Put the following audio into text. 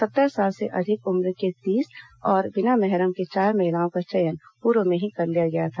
सत्तर साल से अधिक उम्र के तीस और बिना मेहरम के चार महिलाओं का चयन पूर्व में ही कर लिया गया था